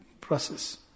process